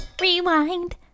rewind